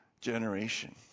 generation